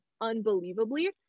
unbelievably